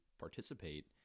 participate